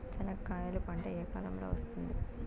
చెనక్కాయలు పంట ఏ కాలము లో వస్తుంది